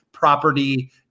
property